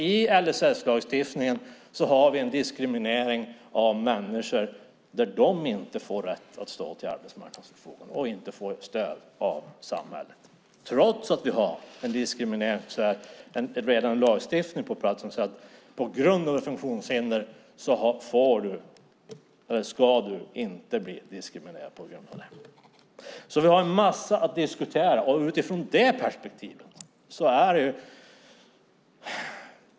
I LSS-lagstiftningen har vi en diskriminering av människor som innebär att de inte har rätt att stå till arbetsmarknadens förfogande, och de får inte stöd av samhället. Detta trots att vi har en lagstiftning som säger att man inte ska bli diskriminerad på grund av en funktionsnedsättning. Vi har mycket att diskutera.